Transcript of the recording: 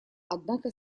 однако